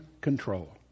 control